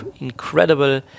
incredible